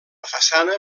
façana